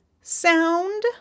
sound